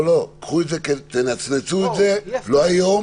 לא היום,